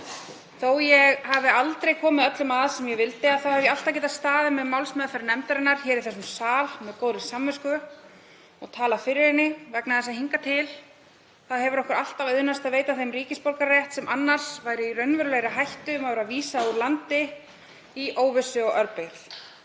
að ég hafi aldrei komið öllum að sem ég vildi þá hef ég alltaf getað staðið með málsmeðferð nefndarinnar í þessum sal með góðri samvisku og talað fyrir henni vegna þess að hingað til hefur okkur alltaf auðnast að veita þeim ríkisborgararétt sem annars væru í raunverulegri hættu á að vera vísað úr landi í óvissu og örbirgð.